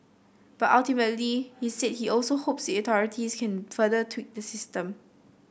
but ultimately he said he also hopes the authorities can further tweak the system